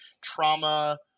trauma